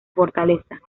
fortaleza